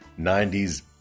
90s